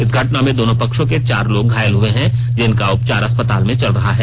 इस घटना में दोनो पक्षों के चार लोग घायल हुए हैं जिनका उपचार अस्पताल में चल रहा है